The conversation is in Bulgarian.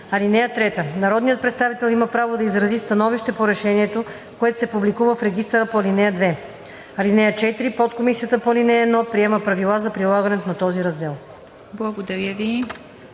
(3) Народният представител има право да изрази становище по решението, което се публикува в регистъра по ал. 2. (4) Подкомисията по ал. 1 приема правила по прилагането на този раздел.“